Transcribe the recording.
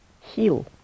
heal